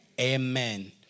Amen